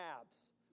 abs